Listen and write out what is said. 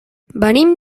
venim